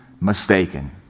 mistaken